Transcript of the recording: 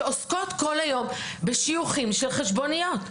שעוסקות כל היום בשיוכים של חשבוניות.